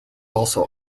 also